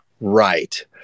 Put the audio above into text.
right